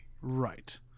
Right